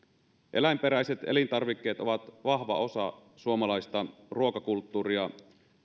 eläinperäiset elintarvikkeet ovat vahva osa suomalaista ruokakulttuuria